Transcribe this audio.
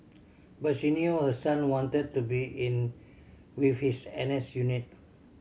but she knew her son wanted to be with his N S unit